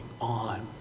on